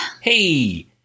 Hey